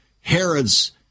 Herod's